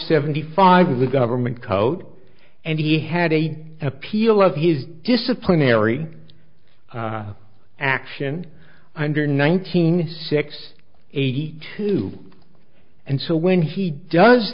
seventy five of the government coat and he had a appeal of his disciplinary action under nineteen six eighty two and so when he does